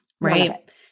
Right